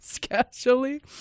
casually